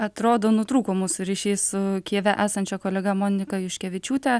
atrodo nutrūko mūsų ryšiai su kijeve esančia kolega monika juškevičiūte